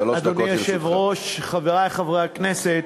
אדוני היושב-ראש, חברי חברי הכנסת,